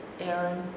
Aaron